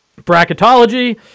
Bracketology –